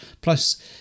plus